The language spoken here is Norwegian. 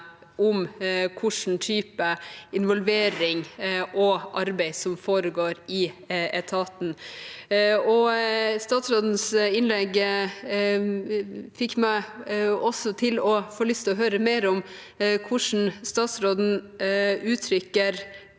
om hva slags involvering og arbeid som foregår i etaten. Statsrådens innlegg ga meg også lyst til å høre mer om hvordan statsråden uttrykker